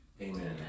Amen